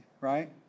Right